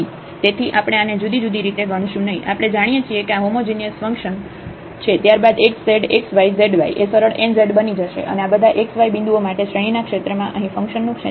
x∂z∂xy∂z∂ynz∀xy∈D તેથી આપણે આને જુદી જુદી રીતે ગણશું નહિ આપણે જાણીએ છીએ કે આ હોમોજિનિયસ ફંક્શન છે ત્યારબાદ x z x y z y એ સરળ nz બની જશે અને બધા xy બિંદુઓ માટે શ્રેણી ના ક્ષેત્રમાં અહીં ફંક્શન નું ક્ષેત્ર હશે